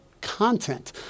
content